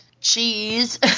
cheese